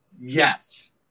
yes